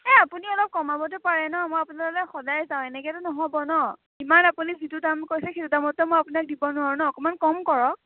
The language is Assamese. এই আপুনি অলপ কমাবতো পাৰে ন' মই আপোনালোকৰ তাত সদায় যাওঁ এনেকৈতো নহব ন' ইমান আপুনি যিটো দাম কৈছে সেইটো দামততো মই আপোনাক দিব নোৱাৰোঁ ন' অকণমান কম কৰক